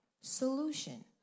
solution